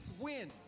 win